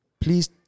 please